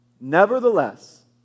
Nevertheless